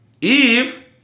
Eve